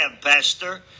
pastor